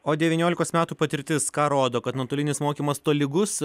o devyniolikos metų patirtis ką rodo kad nuotolinis mokymas tolygus